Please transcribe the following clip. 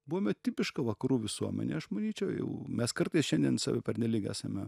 buvome tipiška vakarų visuomenė aš manyčiau jau mes kartais šiandien save pernelyg esame